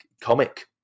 comic